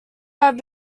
have